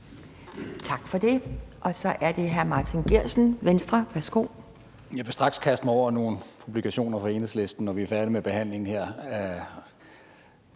Tak for det. Så er det hr. Martin Geertsen, Venstre. Værsgo. Kl. 12:51 Martin Geertsen (V): Jeg vil straks kaste mig over nogle publikationer fra Enhedslisten, når vi er færdige med behandlingen her.